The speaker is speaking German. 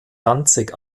danzig